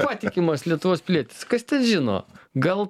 patikimas lietuvos pilietis kas ten žino gal